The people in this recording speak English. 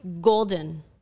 golden